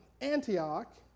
Antioch